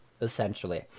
essentially